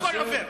הכול עובר.